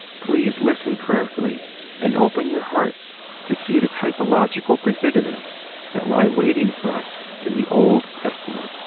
please listen prayerfully and open your hearts to see the typological pre-figurements that lie waiting for us in the old testament.